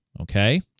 Okay